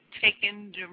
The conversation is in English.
taken